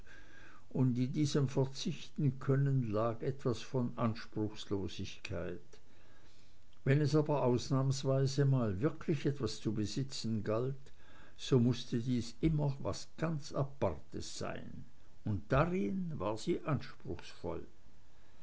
und in diesem verzichtenkönnen lag etwas von anspruchslosigkeit wenn es aber ausnahmsweise mal wirklich etwas zu besitzen galt so mußte dies immer was ganz apartes sein und darin war sie anspruchsvoll